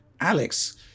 Alex